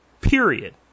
period